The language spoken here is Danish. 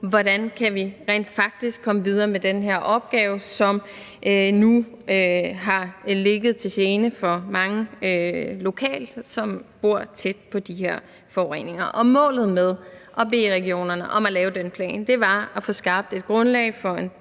hvordan man rent faktisk kan komme videre med den her opgave, som nu har ligget til gene for mange lokalt, som bor tæt på de her forureninger. Og målet med at bede regionerne om at lave den plan var at få skabt et grundlag for